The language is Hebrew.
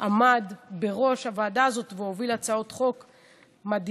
עמד בראש הוועדה הזאת והוביל הצעות חוק מדהימות,